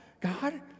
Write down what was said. God